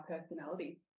personality